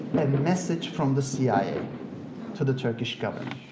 a message from the cia to the turkish government,